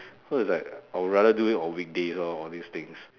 so it's like I would rather do it on weekdays lor all these things